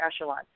echelon